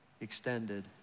extended